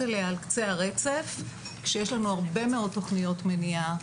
עליה על קצה הרצף כשיש לנו הרבה מאוד תוכניות מניעה,